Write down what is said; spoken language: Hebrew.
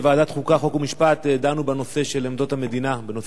חוק ומשפט דנו בנושא של עמדות המדינה בנושא ההתיישבות.